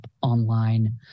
online